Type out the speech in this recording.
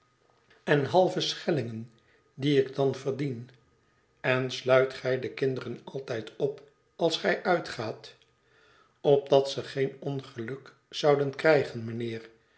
ringen die ik dan verdien en sluit gij de kinderen altijd op als gij uitgaat opdat ze geen ongeluk zouden krijgen mijnheer